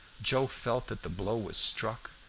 joe felt that the blow was struck,